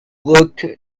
looked